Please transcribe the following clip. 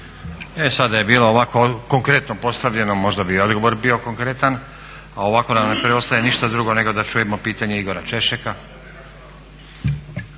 E sad da je bilo ovako konkretno postavljeno možda bi odgovor bio konkretan, a ovako nam ne preostaje ništa drugo nego da čujemo pitanje Igora Češeka.